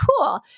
cool